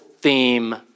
theme